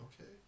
Okay